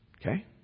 Okay